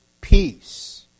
peace